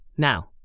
Now